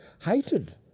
hated